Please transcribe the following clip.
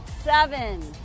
seven